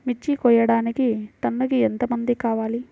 మిర్చి కోయడానికి టన్నుకి ఎంత మంది కావాలి?